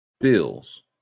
Bills